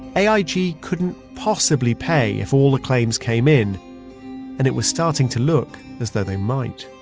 aig couldn't possibly pay if all the claims came in and it was starting to look as though they might.